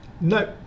No